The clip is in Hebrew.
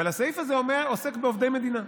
אבל הסעיף הזה עוסק בעובדי מדינה.